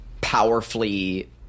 powerfully